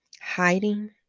hiding